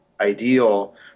ideal